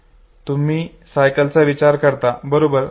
तसेच तुम्ही सायकलचा विचार करता बरोबर